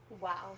wow